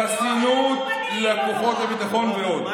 חסינות לכוחות הביטחון ועוד.